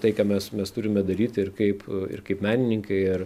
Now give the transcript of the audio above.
tai ką mes mes turime daryti ir kaip ir kaip menininkai ar